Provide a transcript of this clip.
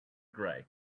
gray